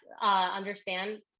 understand